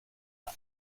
der